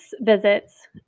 visits